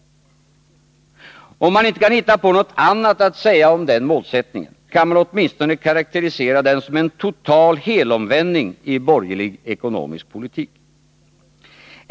Om man inte kan hitta på något annat att säga om denna målsättning, kan man åtminstone karakterisera den som en total helomvändning i borgerlig ekonomisk politik.